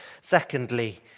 Secondly